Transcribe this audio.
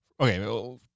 Okay